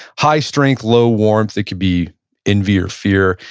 high strength, low warmth, that could be in view of fear.